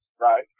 Right